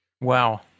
Wow